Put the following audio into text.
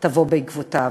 תבוא בעקבותיו.